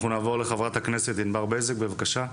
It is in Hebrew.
אנחנו נעבור לחברת הכנסת ענבר בזק, בבקשה.